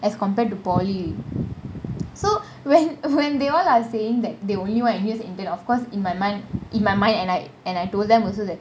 as compared to poly~ so when when they all are saying that they only want N_U_S N_T_U intern of course in my mind in my mind and I and I told them also that